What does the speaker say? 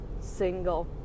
single